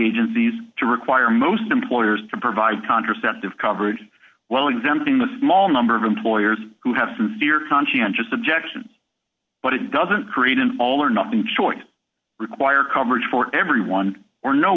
agencies to require most employers to provide contraceptive coverage well exempting the small number of employers who have sincere conscientious objections but it doesn't create an all or nothing choice require coverage for everyone or no